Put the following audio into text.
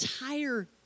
entire